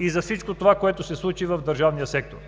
и за всичко, което се случи в държавния сектор.